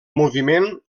moviment